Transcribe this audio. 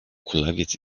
kulawiec